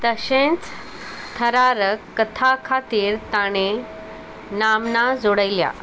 तशेंच थरारक कथा खातीर ताणें नामना जोडयल्या